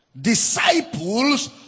disciples